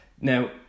Now